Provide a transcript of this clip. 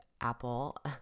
Apple